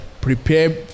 Prepare